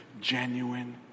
genuine